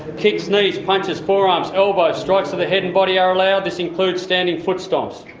kicks, knees, punches, forearms, elbows, strikes to the head and body are allowed this includes standing foot stomps.